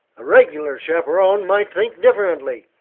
a reg'lar chaperone might think differently,